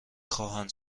خواهند